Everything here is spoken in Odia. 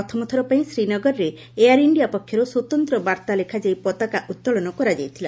ପ୍ରଥମ ଥରପାଇଁ ଶ୍ରୀନଗରରେ ଏୟାର୍ ଇଷ୍ଠିଆ ପକ୍ଷର୍ ସ୍ୱତନ୍ତ୍ର ବାର୍ତ୍ତା ଲେଖାଯାଇ ପତାକା ଉତ୍ତୋଳନ କରାଯାଇଥିଲା